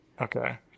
Okay